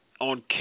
on